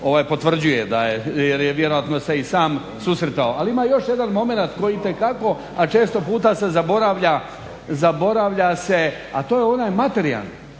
Boro potvrđuje jer je vjerojatno se i sam susretao. Ali ima još jedan momenat koji itekako, a često puta se zaboravlja, a to je onaj materijalni